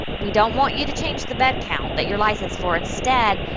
we don't want you to change the bed count that you're licensed for. instead,